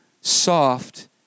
soft